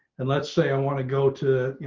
and let's say i want to go to, you